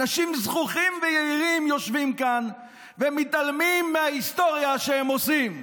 אנשים זחוחים ויהירים יושבים כאן ומתעלמים מההיסטוריה שהם עושים.